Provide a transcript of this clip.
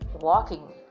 walking